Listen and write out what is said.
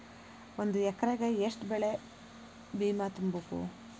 ಒಂದ್ ಎಕ್ರೆಗ ಯೆಷ್ಟ್ ಬೆಳೆ ಬಿಮಾ ತುಂಬುಕು?